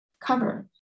cover